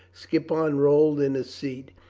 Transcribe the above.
skippon rolled in his seat.